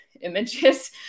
images